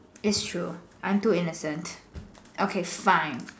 is true I am too innocent okay fine